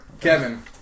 Kevin